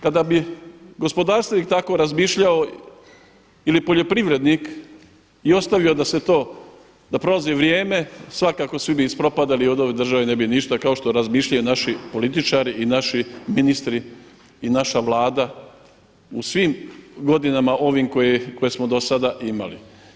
Kada bi gospodarstvenik tako razmišljao ili poljoprivrednik i ostavio da prolazi vrijeme, svakako svi bi ispropadali i od ove države ne bi ništa, kao što razmišljaju naši političari i naši ministri i naša Vlada u svim godinama ovim koje smo do sada imali.